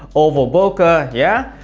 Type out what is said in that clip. oval bokeh, yeah